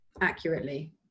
accurately